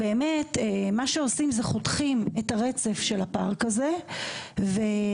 מה שעושים זה חותכים את הרצף של הפארק הזה ומה